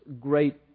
great